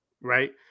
right